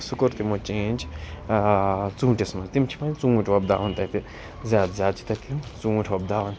سُہ کوٚر تِمو چینٛج ژوٗنٛٹھِس منٛز تِم چھِ وَنۍ ژوٗنٛٹھۍ وبداوان تَتہِ زیادٕ زیادٕ چھِ تَتہِ تِم ژوٗنٛٹھۍ وۄپداوان